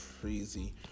crazy